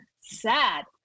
sad